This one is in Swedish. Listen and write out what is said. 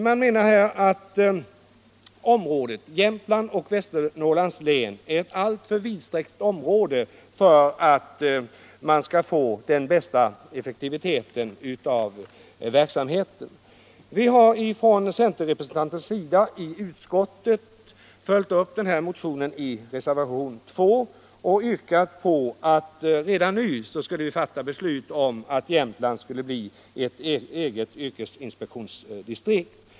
Man menar här att Jämtlands och Visternorrlands län är ett alltför vidsträckt distrikt för att verksamheten skall bli den effektivaste. Centerrepresentanten i utskottet har följt upp motionen i reservationen 2 och yrkat, att vi redan nu skulle fatta beslut om att Jämtland skall bli ett eget yrkesinspektionsdistrikt.